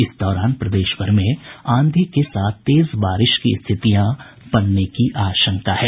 इस दौरान प्रदेश भर में आंधी के साथ तेज बारिश की स्थितियां बनने की आशंका है